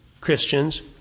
Christians